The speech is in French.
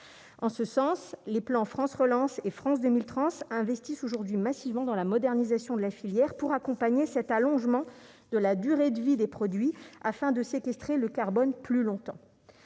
en ce sens les plan France relance et France 2030 investissent aujourd'hui massivement dans la modernisation de la filière pour accompagner cet allongement de la durée de vie des produits afin de séquestrer le carbone plus longtemps